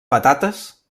patates